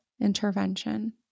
intervention